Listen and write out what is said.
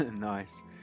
Nice